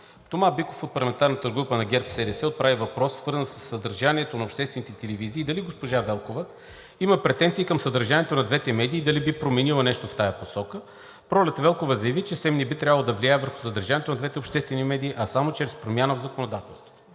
Тома Биков от парламентарната група на ГЕРБ-СДС отправи въпрос, свързан със съдържанието на обществените телевизии и дали госпожа Велкова има претенции към съдържанието на двете медии и дали би променила нещо в тази насока. Пролет Велкова заяви, че СЕМ не би трябвало да влияе върху съдържанието на двете обществени медии, а само чрез промяна в законодателството.